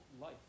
life